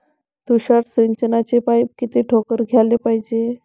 तुषार सिंचनाचे पाइप किती ठोकळ घ्याले पायजे?